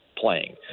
playing